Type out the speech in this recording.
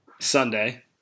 Sunday